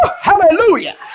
Hallelujah